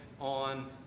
on